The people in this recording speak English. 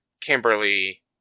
kimberly